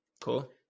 cool